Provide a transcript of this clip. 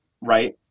right